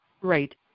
right